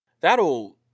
That'll